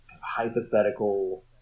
hypothetical